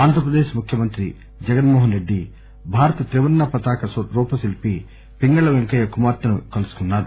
ఆంధ్రప్రదేశ్ ముఖ్యమంత్రి జగన్మోహన్ రెడ్డి భారత త్రివర్ణ పతాక రూపశిల్పి పింగళి వెంకయ్య కుమార్తె ను కలుసుకున్నారు